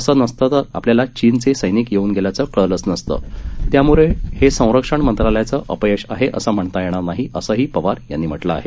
असं नसतं तर आपल्याला चीनचे सैनिक येऊन गेल्याचं कळलंच नसतं त्यामुळे हे संरक्षण मंत्रालयाचं अपयश आहे असं म्हणता येणार नाही असंही पवार यांनी म्हटलं आहे